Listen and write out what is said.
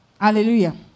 Hallelujah